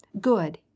Good